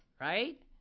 right